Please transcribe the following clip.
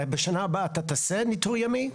בשנה הבאה אתה תעשה ניתור ימי?